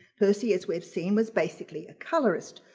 percy, as we've seen, was basically a colorist.